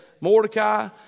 Mordecai